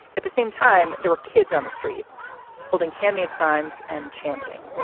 at the same time. there were kids on the street holding handmade signs and chanting